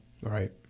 Right